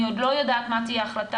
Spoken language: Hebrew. אני עוד לא יודעת מה תהיה ההחלטה,